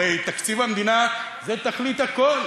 הרי תקציב המדינה הוא תכלית הכול,